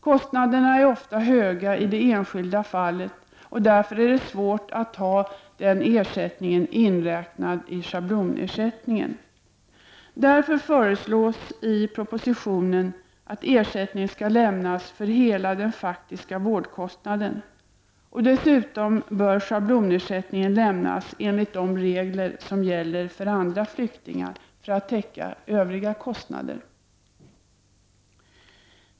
Kostnaderna är ofta höga i det enskilda fallet, och därför är det svårt att ha denna ersättning inräknad i schablonersättningen. Det föreslås i propositionen att ersättning skall lämnas för hela den faktiska vårdkostnaden. Dessutom bör schablonersättningen lämns enligt de regler som gäller för andra flyktingar för att täcka övriga kostnader.